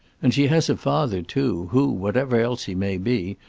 and she has a father too, who, whatever else he may be,